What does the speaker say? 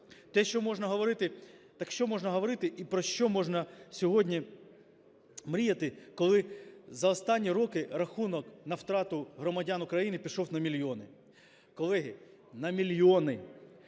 так що можна говорити і про що можна сьогодні мріяти, коли за останні роки рахунок на втрату громадян України пішов на мільйони? Колеги, на мільйони!